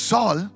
Saul